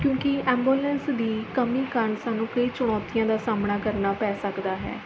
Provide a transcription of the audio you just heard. ਕਿਉਂਕਿ ਐਂਬੂਲੈਂਸ ਦੀ ਕਮੀ ਕਾਰਨ ਸਾਨੂੰ ਕਈ ਚੁਣੌਤੀਆਂ ਦਾ ਸਾਹਮਣਾ ਕਰਨਾ ਪੈ ਸਕਦਾ ਹੈ